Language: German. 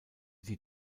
die